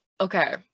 okay